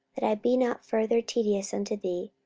that i be not further tedious unto thee,